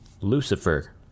Lucifer